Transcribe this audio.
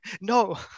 No